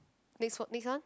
next what next one